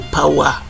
power